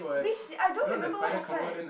which I don't remember what happened